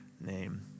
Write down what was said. name